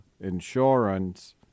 insurance